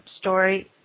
story